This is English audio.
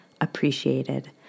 appreciated